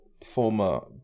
former